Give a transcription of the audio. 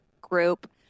group